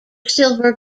silver